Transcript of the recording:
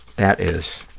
that is,